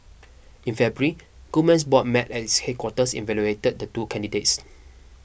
in February Goldman's board met at its headquarters evaluated the two candidates